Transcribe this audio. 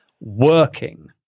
working